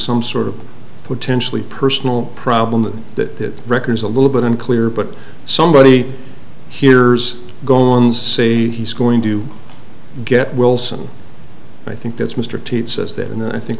some sort of potentially personal problem that record's a little bit unclear but somebody hears go on say he's going to get wilson i think that's mr t it says that and then i think